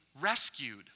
rescued